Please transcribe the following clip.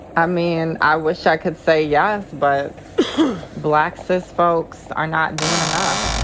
i mean, i wish i could say yes, but black cis folks are not doing enough.